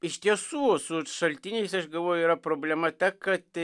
iš tiesų su šaltiniais aš galvoju yra problema ta kad